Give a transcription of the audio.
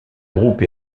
groupes